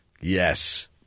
Yes